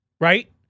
Right